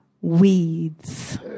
weeds